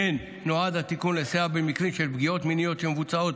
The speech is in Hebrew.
כמו כן נועד התיקון לסייע במקרים של פגיעות מיניות שמבוצעות